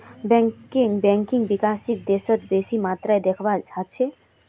banker बैंकक विकसित देशत बेसी मात्रात देखवा सके छै